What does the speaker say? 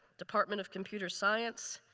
department of computer science.